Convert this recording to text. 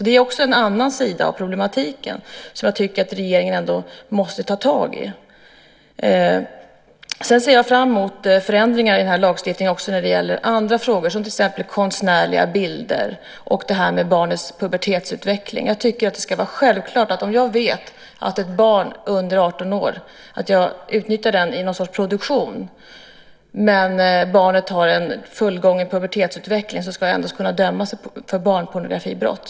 Det är en annan sida av problematiken som jag tycker att regeringen måste ta tag i. Sedan ser jag fram emot förändringar i lagstiftningen också när det gäller andra frågor som konstnärliga bilder och detta med barnets pubertetsutveckling. Det borde vara självklart att om jag i någon sorts produktion utnyttjar ett barn som jag vet är under 18 år men som har en fullgången pubertetsutveckling ska jag ändå kunna dömas för barnpornografibrott.